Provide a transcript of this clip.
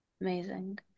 Amazing